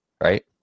right